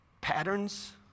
patterns